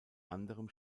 anderem